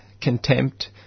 contempt